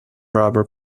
rubber